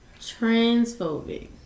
Transphobic